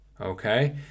Okay